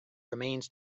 remains